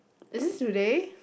is it today